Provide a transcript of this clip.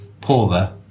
poorer